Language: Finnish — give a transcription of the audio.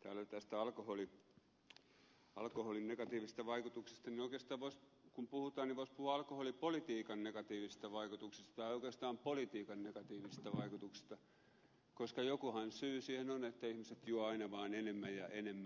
täällä kun alkoholin negatiivisista vaikutuksista puhutaan niin oikeastaan voisi puhua alkoholipolitiikan negatiivisista vaikutuksista ja oikeastaan politiikan negatiivisista vaikutuksista koska jokuhan syy siihen on että ihmiset juovat aina vaan enemmän ja enemmän